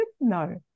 No